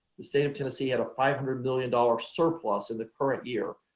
the state of tennessee had a five hundred million dollar surplus in the current year.